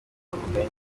ubugari